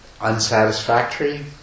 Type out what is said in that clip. unsatisfactory